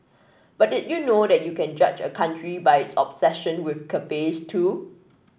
but did you know that you can judge a country by its obsession with cafes too